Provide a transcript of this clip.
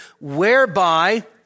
whereby